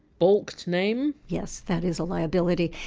balked name yes, that is a liability.